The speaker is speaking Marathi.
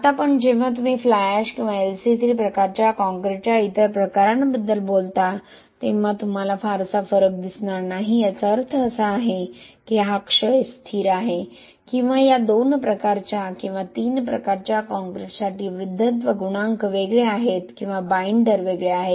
आता पण जेव्हा तुम्ही फ्लाय एश किंवा LC 3 प्रकारच्या कॉंक्रिटच्या इतर प्रकारांबद्दल बोलता तेव्हा तुम्हाला फारसा फरक दिसत नाही याचा अर्थ असा आहे की हा क्षय स्थिर आहे किंवा या 2 प्रकारच्या किंवा 3 प्रकारच्या कॉंक्रिटसाठी वृद्धत्व गुणांक वेगळे आहेत किंवा बाइंडर वेगळे आहेत